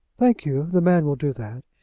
thank you the man will do that.